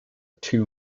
two